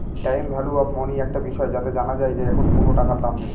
time value of money একটা বিষয় যাতে জানা যায় যে এখন কোনো টাকার দাম বেশি